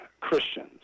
Christians